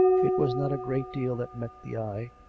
it was not a great deal that met the eye,